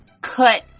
cut